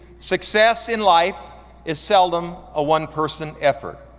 success in life is seldom a one person effort.